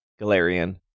Galarian